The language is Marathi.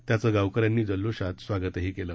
त्याचं गावकऱ्यांनी जल्लोषात स्वागतही केलं